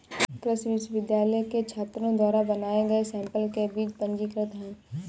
कृषि विश्वविद्यालय के छात्रों द्वारा बनाए गए सैंपल के बीज पंजीकृत हैं